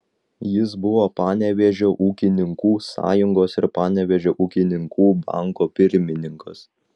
jis buvo panevėžio ūkininkų sąjungos ir panevėžio ūkininkų banko pirmininkas